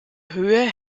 höhe